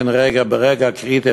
כנראה ברגע הקריטי,